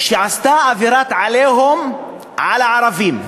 שעשתה אווירת "עליהום" על הערבים: